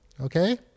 okay